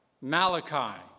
Malachi